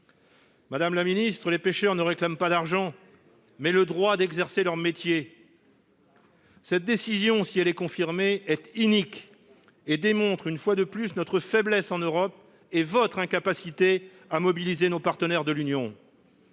Madame la ministre, les pêcheurs réclament non pas de l'argent, mais le droit d'exercer leur métier. Cette décision, si elle était confirmée, serait inique et démontrerait une fois de plus notre faiblesse en Europe et votre incapacité à mobiliser nos partenaires de l'Union